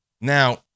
Now